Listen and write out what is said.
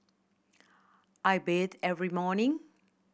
I bathe every morning